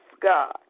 God